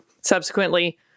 subsequently